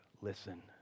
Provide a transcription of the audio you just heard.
listen